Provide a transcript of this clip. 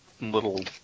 little